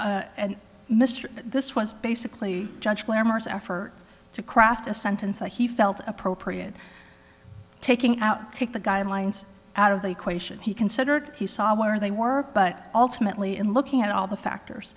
was and mr this was basically judge clamors effort to craft a sentence that he felt appropriate taking out take the guidelines out of the equation he considered he saw where they work but ultimately in looking at all the factors